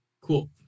Cool